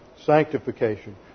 Sanctification